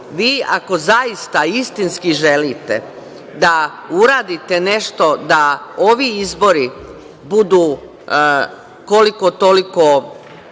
dalje. Ako zaista istinski želite da uradite nešto da ovi izbori budu koliko-toliko